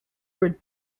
were